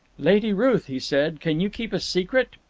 lady ruth, he said, can you keep a secret?